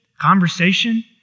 conversation